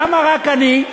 למה רק אני?